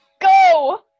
Go